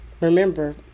Remember